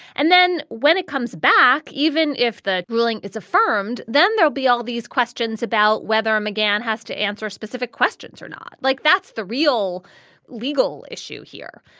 and then when it comes back, even if the ruling is affirmed, then there'll be all these questions about whether mcgahn has to answer specific questions or not, like that's the real legal issue here.